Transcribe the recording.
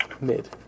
mid